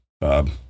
Bob